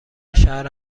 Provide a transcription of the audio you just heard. شهر